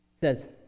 says